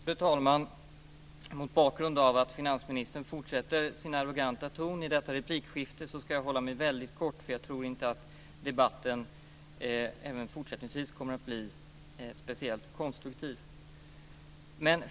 Fru talman! Mot bakgrund av att finansministern fortsätter sin arroganta ton i detta replikskifte ska jag hålla mig väldigt kort. Jag tror inte att debatten kommer att bli speciellt konstruktiv i fortsättningen heller.